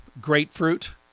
grapefruit